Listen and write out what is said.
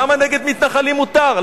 למה נגד מתנחלים מותר?